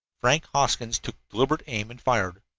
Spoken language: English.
frank hoskins took deliberate aim and fired.